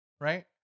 Right